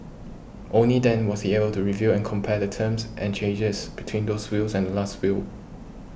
only then was he able to review and compare the terms and changes between those wills and Last Will